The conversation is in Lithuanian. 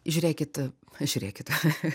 žiūrėkit žiūrėkit